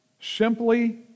simply